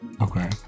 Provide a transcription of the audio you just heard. okay